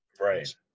Right